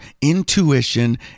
intuition